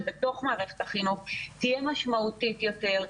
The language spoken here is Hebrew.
בתוך מערכת החינוך תהיה משמעותית יותר,